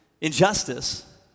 injustice